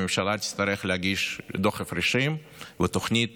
הממשלה תצטרך להגיש דוח הפרשים ותוכנית